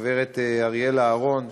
הגברת אריאלה אהרון,